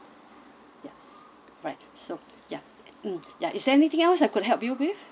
ya right so ya mm ya is there anything else I could help you with